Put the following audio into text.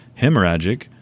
hemorrhagic